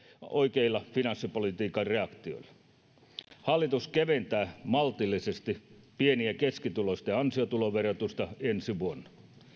oikeilla finanssipolitiikan reaktioilla hallitus keventää maltillisesti pieni ja keskituloisten ansiotuloverotusta ensi vuonna